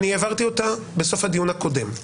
אני העברתי אותה בסוף הדיון הקודם.